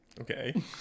Okay